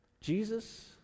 Jesus